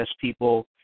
people